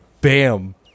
bam